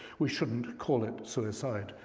we shouldn't call it suicide.